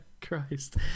Christ